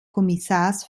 kommissars